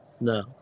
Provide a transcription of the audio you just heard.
No